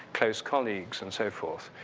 close colleagues, and so forth.